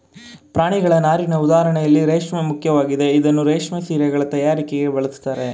ಪ್ರಾಣಿಗಳ ನಾರಿನ ಉದಾಹರಣೆಯಲ್ಲಿ ರೇಷ್ಮೆ ಮುಖ್ಯವಾಗಿದೆ ಇದನ್ನೂ ರೇಷ್ಮೆ ಸೀರೆಗಳ ತಯಾರಿಕೆಗೆ ಬಳಸ್ತಾರೆ